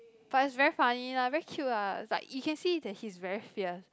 but it's very funny lah very cute ah it's like you can see that he's very fierce